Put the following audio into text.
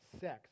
sex